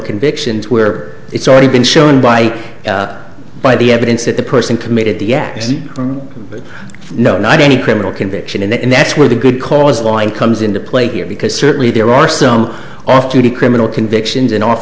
convictions where it's already been shown by by the evidence that the person committed the acts no not any criminal conviction in that and that's where the good cause wind comes into play here because certainly there are some off duty criminal convictions an off